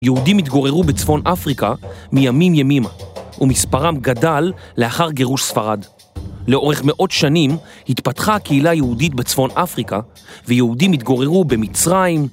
יהודים התגוררו בצפון אפריקה מימים ימימה ומספרם גדל לאחר גירוש ספרד. לאורך מאות שנים התפתחה הקהילה היהודית בצפון אפריקה ויהודים התגוררו במצרים.